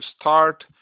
start